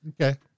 Okay